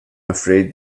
afraid